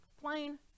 Plain